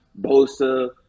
Bosa